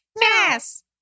Yes